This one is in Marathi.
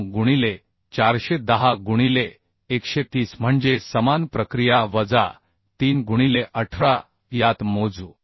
9 गुणिले 410 गुणिले 130 म्हणजे समान प्रक्रिया वजा 3 गुणिले 18 यात मोजू